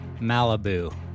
Malibu